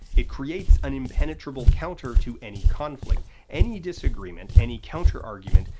it creates an impenetrable counter to any conflict. any disagreement, any counter-argument,